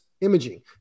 imaging